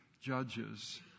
judges